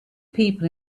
people